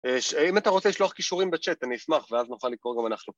אם אתה רוצה לשלוח קישורים בצ'אט, אני אשמח ואז נוכל לקרוא גם אנחנו.